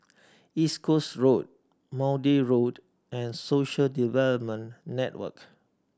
East Coast Road Maude Road and Social Development Network